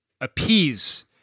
appease